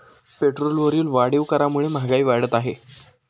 पेट्रोलवरील वाढीव करामुळे महागाई वाढत आहे